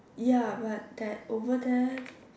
ya but that over there